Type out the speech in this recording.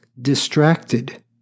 distracted